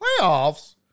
Playoffs